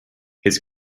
his